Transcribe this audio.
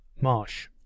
Marsh